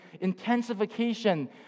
intensification